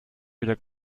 wieder